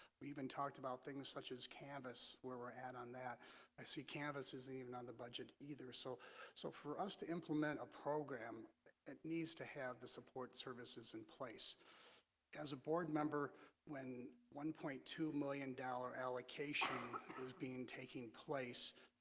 we even talked about things such as canvas where we're at on that i see canvas isn't even on the budget either so so for us to implement a program it needs to have the support services in place as a board member when one point two million dollar allocation is being taking place